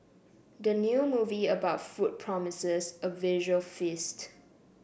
the new movie about food promises a visual feast